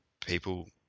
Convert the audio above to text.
people